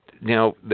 Now